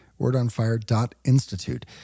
Wordonfire.institute